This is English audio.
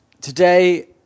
Today